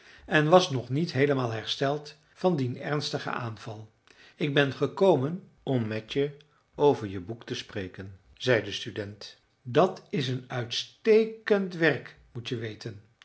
en was nog niet heelemaal hersteld van dien ernstigen aanval ik ben gekomen om met je over je boek te spreken zei de student dat is een uitstekend werk moet je weten